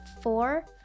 four